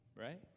right